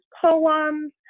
poems